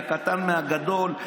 הקטן מהגדול,